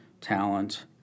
talent